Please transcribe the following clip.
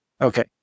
Okay